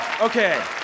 Okay